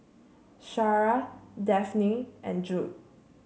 Shara Daphne and Judd